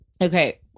okay